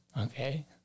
Okay